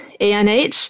ANH